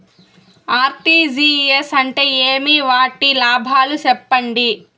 RTGS అంటే ఏమి? వాటి లాభాలు సెప్పండి?